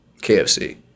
KFC